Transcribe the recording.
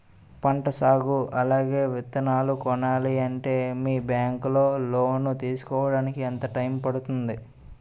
పంట సాగు అలాగే విత్తనాలు కొనాలి అంటే మీ బ్యాంక్ లో లోన్ తీసుకోడానికి ఎంత టైం పడుతుంది?